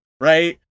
right